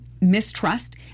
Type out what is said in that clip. mistrust